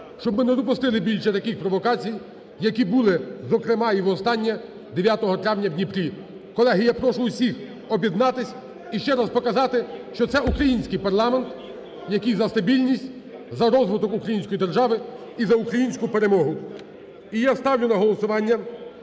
щоб ми не допустили більше таких провокацій, які були, зокрема, і востаннє, 9 травня в Дніпрі. Колеги, я прошу всіх об'єднатись і ще раз показати, що це український парламент, який за стабільність, за розвиток української держави і за українську перемогу. І я ставлю на голосування